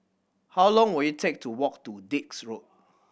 how long will it take to walk to Dix Road